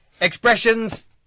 Expressions